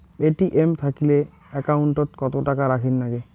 ATM থাকিলে account ওত কত টাকা রাখীর নাগে?